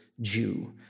Jew